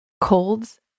colds